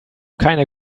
keine